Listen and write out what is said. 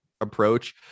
approach